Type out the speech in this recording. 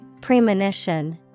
Premonition